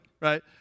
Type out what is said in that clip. right